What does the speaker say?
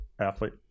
Athlete